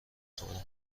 خورم